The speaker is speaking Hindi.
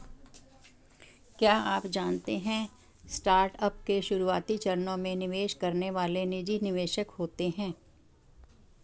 क्या आप जानते है स्टार्टअप के शुरुआती चरणों में निवेश करने वाले निजी निवेशक होते है?